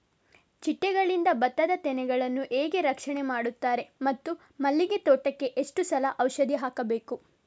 ಚಿಟ್ಟೆಗಳಿಂದ ಭತ್ತದ ತೆನೆಗಳನ್ನು ಹೇಗೆ ರಕ್ಷಣೆ ಮಾಡುತ್ತಾರೆ ಮತ್ತು ಮಲ್ಲಿಗೆ ತೋಟಕ್ಕೆ ಎಷ್ಟು ಸಲ ಔಷಧಿ ಹಾಕಬೇಕು?